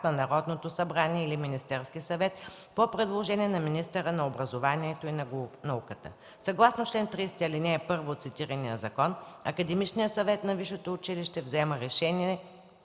на Народното събрание или Министерския съвет по предложение на министъра на образованието и науката. Съгласно чл. 30, ал. 1 от цитирания закон Академичният съвет на висшето училище взема решение,